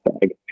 bag